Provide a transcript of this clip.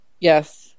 Yes